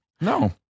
No